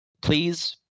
Please